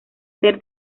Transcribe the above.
ser